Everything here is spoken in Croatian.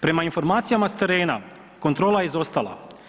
Prema informacijama s terena kontrola je izostala.